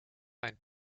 einen